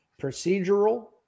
procedural